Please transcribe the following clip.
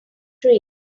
train